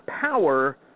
power